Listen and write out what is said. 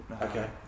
Okay